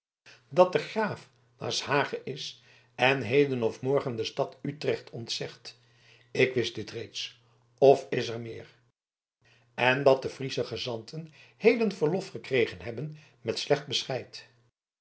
dat de graaf naar s hage is en heden of morgen de stad utrecht ontzegt ik wist dit reeds of is er meer en dat de friesche gezanten heden verlof gekregen hebben met slecht bescheid